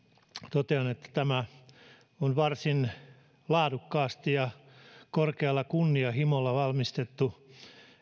että tämä on varsin laadukkaasti ja korkealla kunnianhimolla valmistettu